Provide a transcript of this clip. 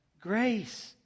grace